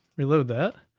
reload that,